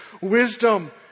wisdom